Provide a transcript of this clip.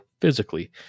physically